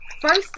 First